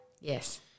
Yes